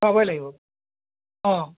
লাগিব অঁ